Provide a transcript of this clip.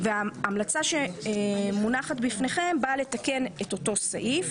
ההמלצה שמונחת בפניכם באה לתקן את אותו הסעיף